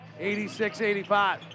86-85